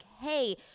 Hey